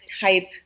type